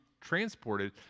transported